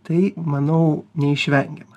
tai manau neišvengiama